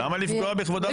למה לפגוע בכבודה של ארבל?